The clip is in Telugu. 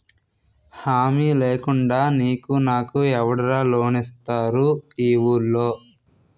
హామీ లేకుండా నీకు నాకు ఎవడురా లోన్ ఇస్తారు ఈ వూళ్ళో?